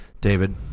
David